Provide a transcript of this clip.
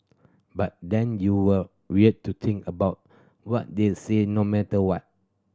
but then you're wired to think about what they said no matter what